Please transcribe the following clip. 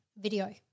video